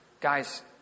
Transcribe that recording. Guys